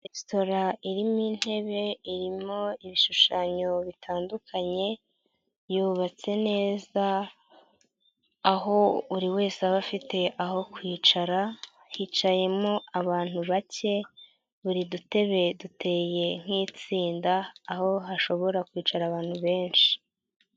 Resitora irimo intebe, irimo ibishushanyo bitandukanye yubatse neza, aho buri wese aba afite aho kwicara, hicayemo abantu bake, buri dutebe duteye nk'itsinda, aho hashobora kwicara abantu benshi.